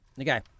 Okay